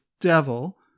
devil